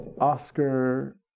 Oscar